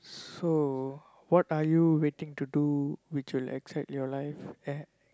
so what are you waiting to do which will excite your life at